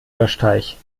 löschteich